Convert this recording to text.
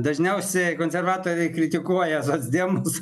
dažniausiai konservatoriai kritikuoja socdemus